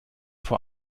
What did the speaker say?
vor